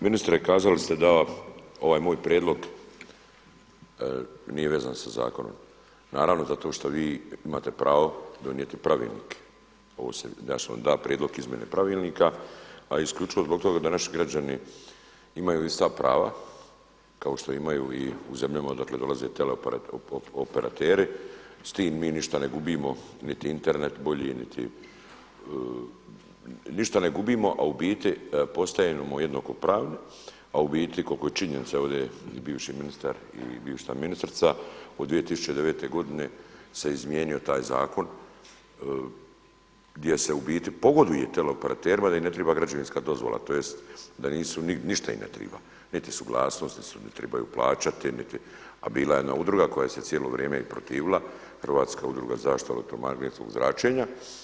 Ministre, kazali ste da ovaj moj prijedlog nije vezan sa zakonom, naravno zato što imate pravo donijeti pravilnik, ja sam dao prijedlog izmjene pravilnika a isključivo zbog toga da naših građani imaju ista prava kao što imaju i u zemljama odakle dolaze teleoperateri, s tim mi ništa ne gubimo niti Internet bolji niti, ništa ne gubimo a u biti postajemo jednako pravni a u biti koliko činjenice ovdje i bivši ministar i bivša ministrica od 2009. godine se izmijenio taj zakon gdje se u biti pogoduje teleoperaterima da im ne treba građevinska dozvola, tj. da nisu ništa im ne treba, ni suglasnost, niti trebaju plaćati a bila je jedna udruga koja se cijelo vrijeme protivila Hrvatska udruga zaštite od elektromagnetskog zračenja.